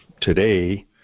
today